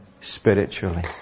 spiritually